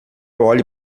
olhe